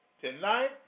Tonight